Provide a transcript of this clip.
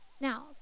Now